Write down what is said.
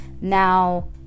Now